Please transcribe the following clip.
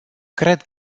cred